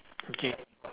okay